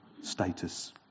status